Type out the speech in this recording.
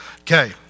Okay